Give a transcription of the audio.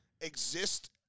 exist